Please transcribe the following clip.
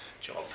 job